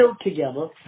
together